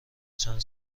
چند